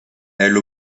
elle